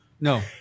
No